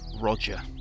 Roger